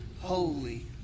holy